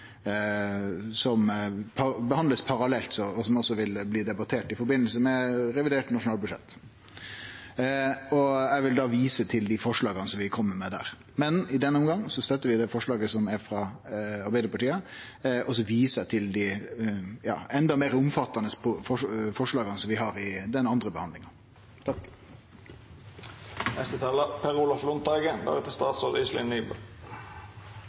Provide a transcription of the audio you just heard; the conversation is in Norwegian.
som blir behandla parallelt, og som også vil bli debattert i forbindelse med revidert nasjonalbudsjett. Eg vil vise til dei forslaga som vi kjem med der. Men i denne omgangen støttar vi forslaget frå Arbeidarpartiet, og viser til dei enda meir omfattande forslaga som vi har i den andre